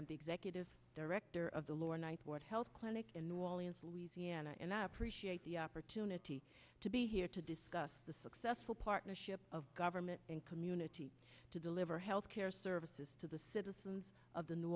i'm the executive director of the lower ninth ward health clinic in new orleans louisiana and i appreciate the opportunity to be here to discuss the successful partnership of government and community to deliver health care services to the citizens of the new